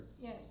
Yes